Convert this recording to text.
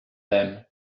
them